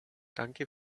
danke